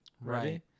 Right